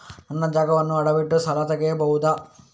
ನನ್ನ ಜಾಗವನ್ನು ಅಡವಿಟ್ಟು ಸಾಲ ತೆಗೆಯಬಹುದ?